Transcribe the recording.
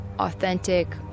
authentic